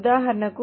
ఉదాహరణకు